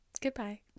goodbye